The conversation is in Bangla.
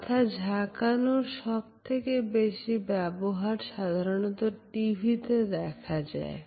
মাথা ঝাঁকানোর সবথেকে বেশি ব্যবহার সাধারণত টিভিতে দেখা যায়